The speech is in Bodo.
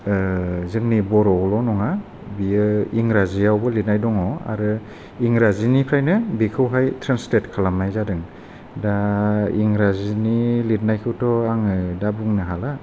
ओ जोंनि बर'वाल' नङा बियो इंग्राजियावबो लिरनाय दङ आरो इंग्राजिनिफ्रानो बेखौहाय ट्रान्सलेट खालामनाय जादों दा इंग्राजिनि लिरनायखौथ' आङो दा बुंनो हाला